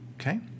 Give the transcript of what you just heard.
Okay